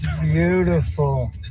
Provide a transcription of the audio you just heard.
beautiful